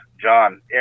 John